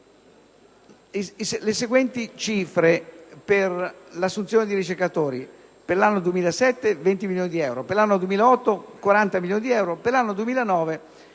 le seguenti cifre per l'assunzione di ricercatori: per l'anno 2007, 20 milioni di euro; per l'anno 2008, 40 milioni di euro; per l'anno 2009